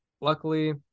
luckily